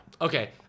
Okay